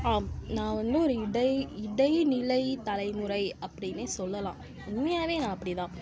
ஆ நான் வந்து ஒரு இடை இடைநிலை தலைமுறை அப்படின்னே சொல்லெலாம் உண்மையாவே நான் அப்படி தான்